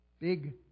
big